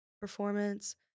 performance